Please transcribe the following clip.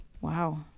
wow